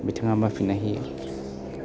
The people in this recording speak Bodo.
बिथाङा मा फिननाय होयो